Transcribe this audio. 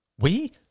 We